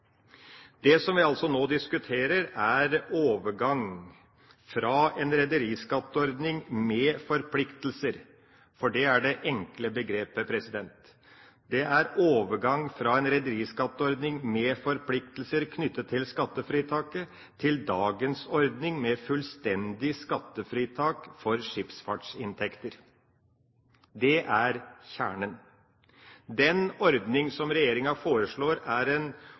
Det som vi nå diskuterer, er en overgang fra en rederiskatteordning med forpliktelser – for det er det enkle begrepet – knyttet til skattefritaket til dagens ordning med fullstendig skattefritak for skipsfartsinntekter. Det er kjernen. Den ordning som regjeringa foreslår, er en